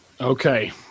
Okay